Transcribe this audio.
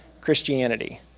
Christianity